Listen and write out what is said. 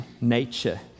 nature